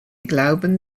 glauben